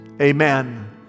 Amen